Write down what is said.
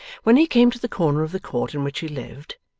when he came to the corner of the court in which he lived,